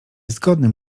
zgodnym